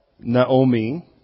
Naomi